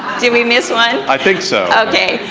did we miss one? i think so. okay,